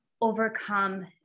overcome